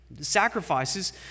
Sacrifices